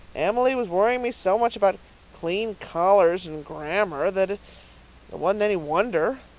emily was worrying me so much about clean collars and grammar that it wasn't any wonder.